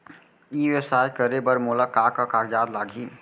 ई व्यवसाय करे बर मोला का का कागजात लागही?